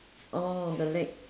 oh the leg